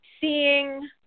seeing